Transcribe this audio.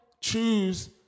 choose